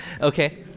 Okay